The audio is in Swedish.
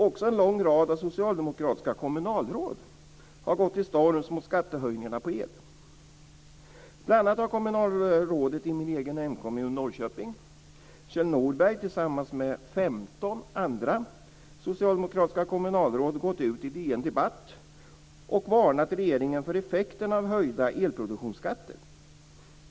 Också en lång rad av socialdemokratiska kommunalråd har gått till storms mot skattehöjningarna på el. Bl.a. har kommunalrådet i min egen hemkommun Norrköping, Kjell Norberg, tillsammans med 15 andra socialdemokratiska kommunalråd gått ut i DN-debatt och varnat regeringen för effekterna av höjda elproduktionsskatter.